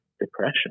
depression